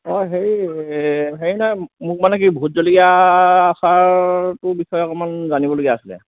অ হেই হেৰি নহয় মোক মানে কি ভোট জলকীয়া আচাৰটোৰ বিষয়ে অকণমান জানিব লগীয়া আছিলে